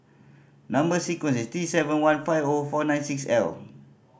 number sequence is T seven one five O four nine six L